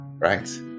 right